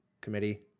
Committee